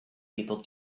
people